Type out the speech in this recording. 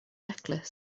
necklace